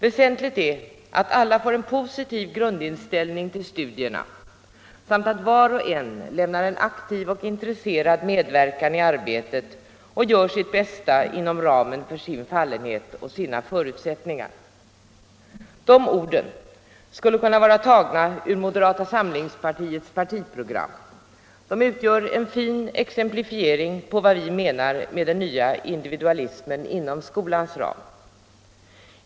Väsentligt är, att alla får en positiv grundinställning till studierna samt att var och en lämnar en aktiv och intresserad medverkan i arbetet och gör sitt bästa inom ramen för sin fallenhet och sina förutsättningar.” Dessa ord skulle kunna vara tagna ur moderata samlingspartiets partiprogram, de utgör en fin exemplifiering på vad vi menar med den nya individualismen inom skolans ram.